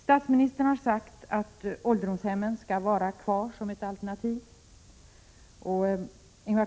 Statsministern har sagt att ålderdomshemmen skall vara kvar som ett alternativ.